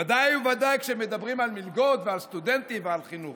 ודאי וודאי כשמדברים על מלגות ועל סטודנטים ועל חינוך.